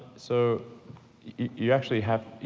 so you actually have